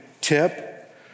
tip